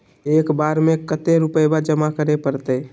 एक बार में कते रुपया जमा करे परते?